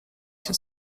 się